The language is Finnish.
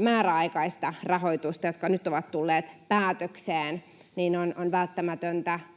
määräaikaista rahoitusta, jotka nyt ovat tulleet päätökseen, niin on välttämätöntä